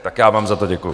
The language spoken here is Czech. Tak já vám za to děkuji.